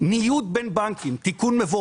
אני אתן שלוש דוגמאות: ניוד בין בנקים תיקון מבורך,